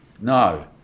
no